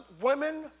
women